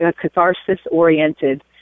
catharsis-oriented